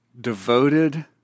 devoted